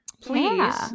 Please